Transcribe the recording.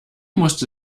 musste